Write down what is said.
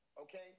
okay